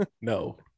no